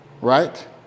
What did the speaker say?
Right